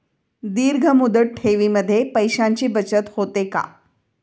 दीर्घ मुदत ठेवीमध्ये पैशांची बचत होते का?